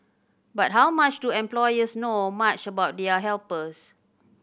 but how much do employers know much about their helpers